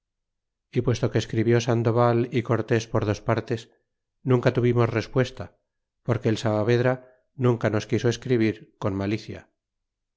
y puesto que escribió sandoval y cortés por dos partes nunca tuvimos respuesta porque el saavedra nunca nos quiso escribir con malicia